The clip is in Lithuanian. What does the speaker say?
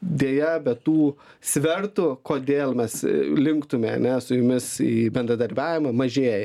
deja bet tų svertų kodėl mes linktume ane su jumis į bendradarbiavimą mažėja